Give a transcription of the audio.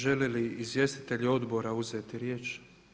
Žele li izvjestitelji odbora uzeti riječ?